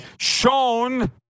shown